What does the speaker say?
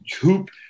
hoop